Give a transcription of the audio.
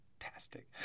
fantastic